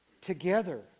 together